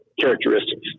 Characteristics